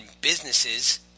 businesses